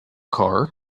car